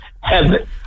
heaven